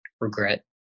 regret